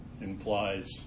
implies